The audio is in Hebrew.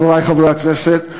חברי חברי הכנסת,